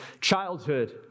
childhood